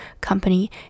company